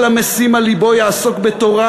"כל המשים על לבו שיעסוק בתורה,